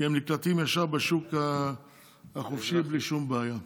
כי הם נקלטים ישר בשוק החופשי בלי שום בעיה.